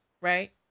right